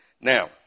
Now